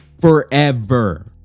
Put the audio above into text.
forever